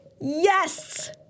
Yes